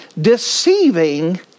deceiving